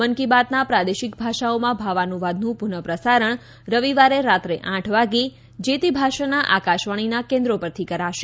મન કી બાતના પ્રાદેશિક ભાષાઓમાં ભાવાનુવાદનું પુનઃ પ્રસારણ રવિવારે રાત્રે આઠ વાગે જે તે ભાષાના આકાશવાણીના કેન્દ્રો પરથી કરાશે